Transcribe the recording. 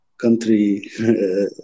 country